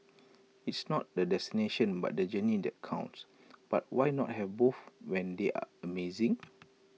it's not the destination but the journey that counts but why not have both when they're amazing